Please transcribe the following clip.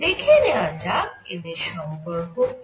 দেখে নেওয়া যাক এদের সম্পর্ক কি